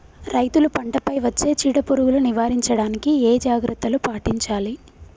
రైతులు పంట పై వచ్చే చీడ పురుగులు నివారించడానికి ఏ జాగ్రత్తలు పాటించాలి?